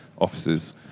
offices